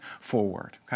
forward